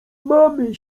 mamy